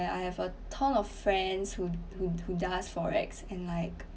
I have a ton of friends who who who does FOREX and like